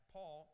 Paul